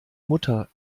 mutter